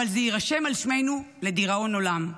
אבל זה יירשם על שמנו לדיראון עולם?